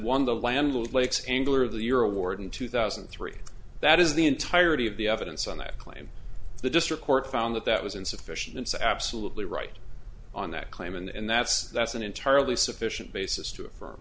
won the land lakes angler of the year award in two thousand and three that is the entirety of the evidence on that claim the district court found that that was insufficient it's absolutely right on that claim and that's that's an entirely sufficient basis to